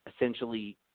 essentially